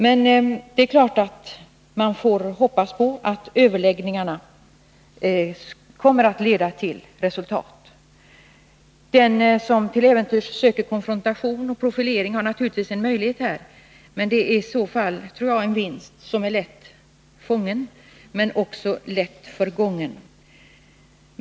Självfallet hoppas man att överläggningarna kommer att leda till resultat. Den som till äventyrs söker konfrontation och profilering har naturligtvis en möjlighet här, men jag tror att man i så fall gör en vinst som är lätt fången, men också lätt förgången.